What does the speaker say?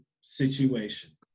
situation